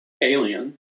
Alien